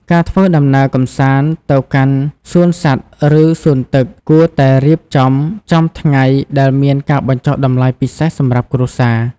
ការធ្វើដំណើរកម្សាន្តទៅកាន់សួនសត្វ ឬសួនទឹក គួរតែរៀបចំចំថ្ងៃដែលមានការបញ្ចុះតម្លៃពិសេសសម្រាប់គ្រួសារ។